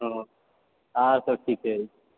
हँ आरसभ ठीके अछि